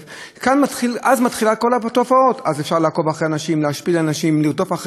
אם הדרך הראשונה מותרת כדי לא לתת את מה שמגיע,